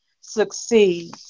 succeed